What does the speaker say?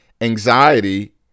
anxiety